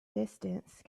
distance